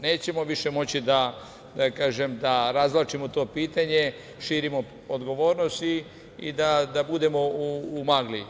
Nećemo više moći da razvlačimo to pitanje, širimo odgovornost i da budemo u magli.